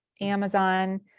Amazon